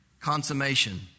consummation